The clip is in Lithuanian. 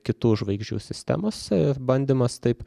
kitų žvaigždžių sistemose ir bandymas taip